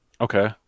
Okay